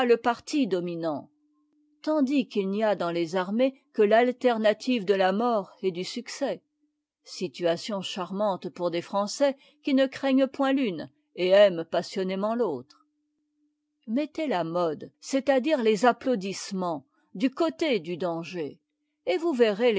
parti dominant tandis qu'il n'y a dans les armées que l'alternative de la mort et du succès situation charmante pour des français qui ne craignent point l'une et aiment passionnément l'autre mettez la mode c'est-à-dire les applaudissements du côté du danger et vous verrez